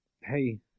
hey